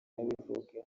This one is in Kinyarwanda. abivuga